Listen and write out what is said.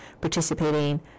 participating